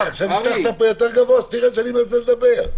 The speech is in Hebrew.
פתחת פה יותר גדול כשאתה רואה שאני מנסה לדבר?